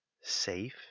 safe